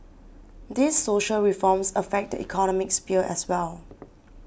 these social reforms affect the economic sphere as well